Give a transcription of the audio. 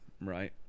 right